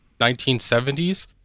1970s